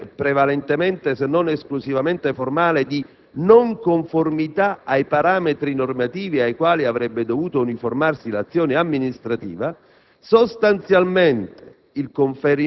peraltro di carattere prevalentemente, se non esclusivamente, formale - di non conformità ai parametri normativi ai quali avrebbe dovuto uniformarsi l'azione amministrativa,